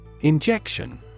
Injection